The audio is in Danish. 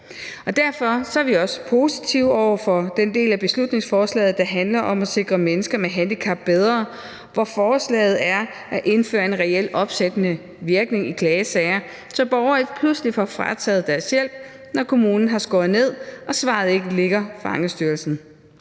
Derfor er vi også positive over for den del af beslutningsforslaget, der handler om at sikre mennesker med handicap bedre, hvor forslaget er at indføre en reelt opsættende virkning i klagesager, så borgere ikke pludselig får frataget deres hjælp, når kommunen har skåret ned og svaret ikke ligger fra Ankestyrelsens